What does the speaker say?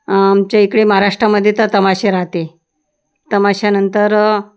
आमच्या इकडे महाराष्ट्रामध्ये तर तमाशे राहते तमाश्यानंतर